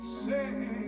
say